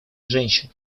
женщин